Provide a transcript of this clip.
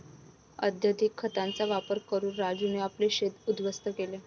अत्यधिक खतांचा वापर करून राजूने आपले शेत उध्वस्त केले